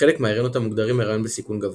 חלק מההריונות המוגדרים היריון בסיכון גבוה.